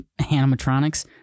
animatronics